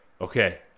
okay